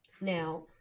now